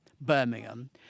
Birmingham